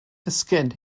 ddisgyn